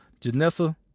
Janessa